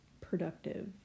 productive